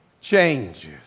changes